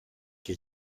que